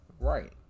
right